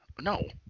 No